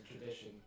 tradition